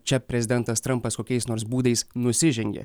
čia prezidentas trampas kokiais nors būdais nusižengė